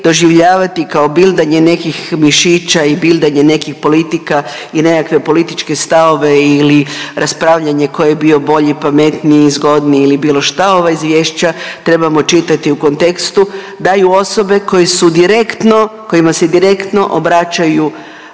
doživljavati kao bildanje nekih mišića i bildanje nekih politika i nekakve političke stavove ili raspravljanje ko je bio bolji, pametniji, zgodniji ili bilo šta, ova izvješća trebamo čitati u kontekstu da ju osobe koje su direktno, kojima